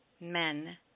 men